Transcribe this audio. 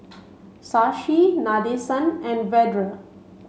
Shashi Nadesan and Vedre